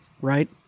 right